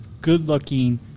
good-looking